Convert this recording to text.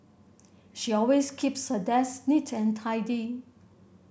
she always keeps her desk neat and tidy